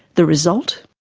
the result?